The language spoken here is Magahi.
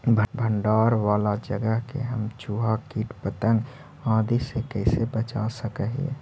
भंडार वाला जगह के हम चुहा, किट पतंग, आदि से कैसे बचा सक हिय?